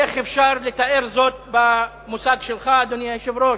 איך אפשר לתאר זאת במוסד שלך, אדוני היושב-ראש?